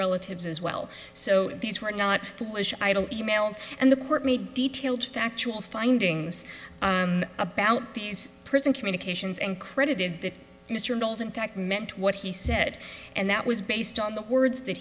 relatives as well so these were not idle e mails and the court made detailed factual findings about these prison communications and credited mr knowles in fact meant what he said and that was based on the words that